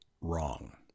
wrong